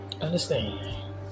understand